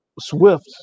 Swift